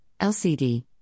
LCD